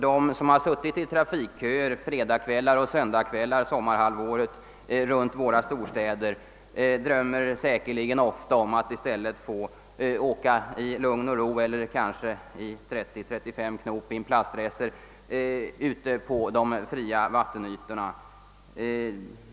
De som suttit i trafikköer på fredagskvällar och söndagskvällar under sommarhalvåret runt våra storstäder drömmer säkerligen ofta om att i stället få åka i lugn och ro eller kanske i 30—35 knops fart i en plastracer ute på de fria vattenytorna.